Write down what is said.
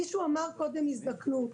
מישהו אמר קודם הזדקנות.